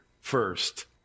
first